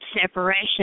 separation